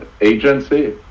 agency